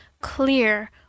clear